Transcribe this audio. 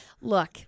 Look